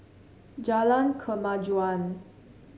Jalan Kemajuan